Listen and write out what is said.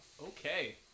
Okay